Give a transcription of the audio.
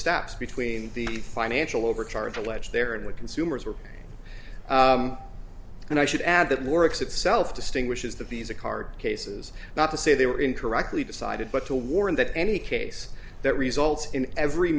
steps between the financial overcharge alleged there and what consumers were and i should add that works itself distinguishes the visa card cases not to say they were incorrectly decided but to warn that any case that results in every